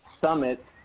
Summit